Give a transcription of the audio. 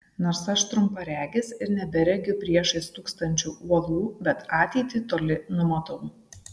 nors aš trumparegis ir neberegiu priešais stūksančių uolų bet ateitį toli numatau